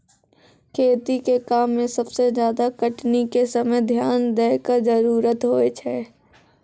खेती के काम में सबसे ज्यादा कटनी के समय ध्यान दैय कॅ जरूरत होय छै